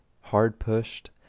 hard-pushed